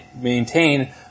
maintain